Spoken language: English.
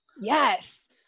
Yes